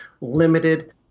limited –